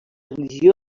religió